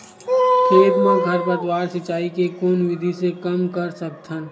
खेत म खरपतवार सिंचाई के कोन विधि से कम कर सकथन?